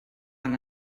han